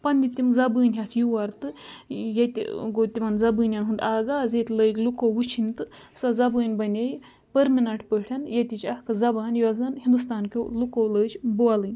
پَنٛنہِ تِم زَبٲنۍ ہَتھ یور تہٕ ییٚتہِ گوٚو تِمَن زَبٲنٮ۪ن ہُنٛد آغاز ییٚتہِ لٔگۍ لُکو وٕچھِنۍ تہٕ سۄ زَبٲنۍ بَنے پٔرمِنٹ پٲٹھۍ ییٚتِچ اَکھ زَبان یۄس زَن ہِندُستان کیو لُکو لٔج بولٕنۍ